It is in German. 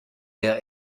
der